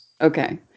Okay